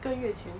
一个月前